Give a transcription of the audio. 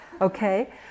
okay